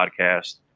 podcast